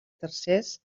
tercers